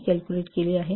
0999 calculate केली आहे